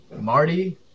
marty